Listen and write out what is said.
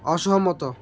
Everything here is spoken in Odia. ଅସହମତ